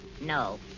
No